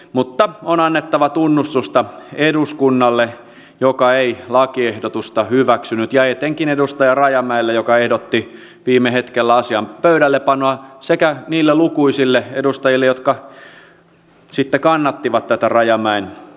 mutta on annettava tunnustusta eduskunnalle joka ei lakiehdotusta hyväksynyt ja etenkin edustaja rajamäelle joka ehdotti viime hetkellä asian pöydällepanoa sekä niille lukuisille edustajille jotka sitten kannattivat tätä rajamäen ehdotusta